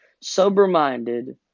sober-minded